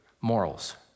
morals